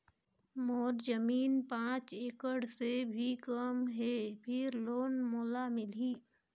मोर जमीन पांच एकड़ से भी कम है फिर लोन मोला मिलही?